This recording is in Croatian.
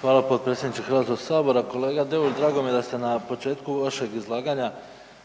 Hvala potpredsjedniče HS-a. Kolega Deur drago mi je da ste na početku vašeg izlaganja